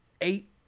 eight